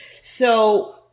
So-